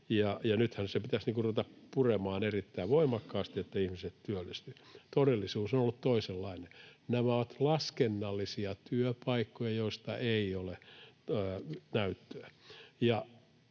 nythän sen pitäisi ruveta puremaan erittäin voimakkaasti, että ihmiset työllistyvät. Todellisuus on ollut toisenlainen. Nämä ovat laskennallisia työpaikkoja, joista ei ole näyttöä.